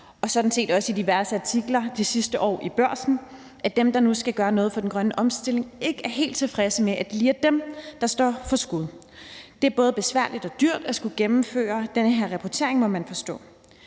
og sådan set også i diverse artikler de sidste år i Børsen, at dem, der nu skal gøre noget for den grønne omstilling, ikke er helt tilfredse med, at det lige er dem, der står for skud. Det er både besværligt og dyrt at skulle gennemføre den her rapportering, må man forstå.